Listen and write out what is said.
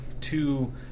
two